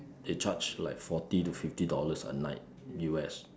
they charge like forty to fifty dollars a night U_S